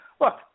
look